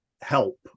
help